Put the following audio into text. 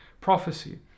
prophecy